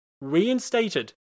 reinstated